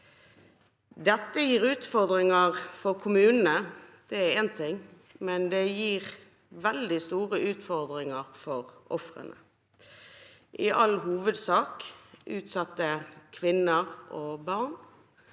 Dette gir utfordringer for kommunene, det er én ting, men det gir veldig store utfordringer for ofrene. Det er i all hovedsak utsatte kvinner og barn,